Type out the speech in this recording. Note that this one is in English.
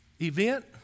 event